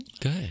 Good